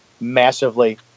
massively